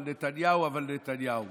אבל נתניהו, אבל נתניהו, אבל נתניהו.